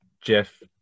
Jeff